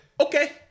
Okay